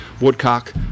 woodcock